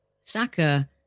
Saka